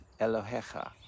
Elohecha